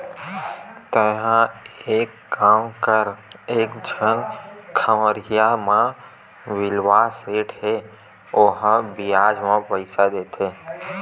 तेंहा एक काम कर एक झन खम्हरिया म बिलवा सेठ हे ओहा बियाज म पइसा देथे